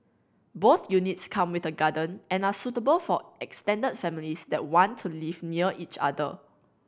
both units come with a garden and are suitable for extended families that want to live near each other